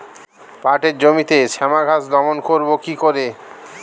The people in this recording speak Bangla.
পাটের জমিতে শ্যামা ঘাস দমন করবো কি করে?